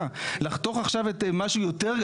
לחתוך עכשיו את מה שיותר גרוע,